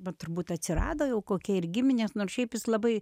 bet turbūt atsirado jau kokie ir giminės nors šiaip jis labai